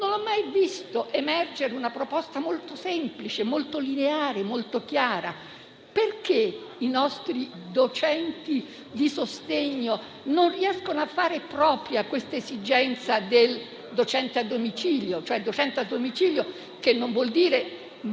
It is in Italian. non ho mai visto emergere una proposta molto semplice, lineare e chiara. Perché i nostri docenti di sostegno non riescono a fare propria questa esigenza del docente a domicilio? Ciò non vuol dire